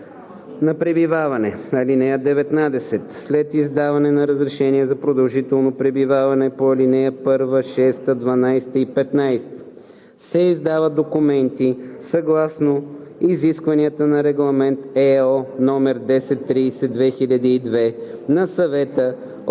на пребиваване. (19) След издаване на разрешение за продължително пребиваване по ал. 1, 6, 12 и 15 се издават документи съгласно изискванията на Регламент (ЕО) № 1030/2002 на Съвета от